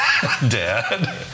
Dad